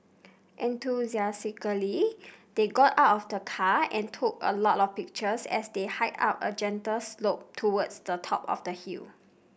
enthusiastically they got out of the car and took a lot of pictures as they hiked up a gentle slope towards the top of the hill